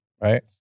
right